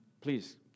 Please